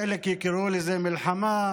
חלק יקראו לזה מלחמה,